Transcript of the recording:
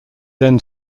then